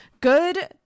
Good